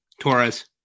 Torres